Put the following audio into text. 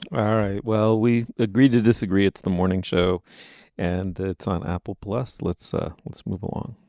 all right well we agree to disagree it's the morning show and it's on apple plus let's ah let's move along